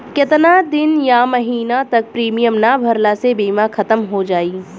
केतना दिन या महीना तक प्रीमियम ना भरला से बीमा ख़तम हो जायी?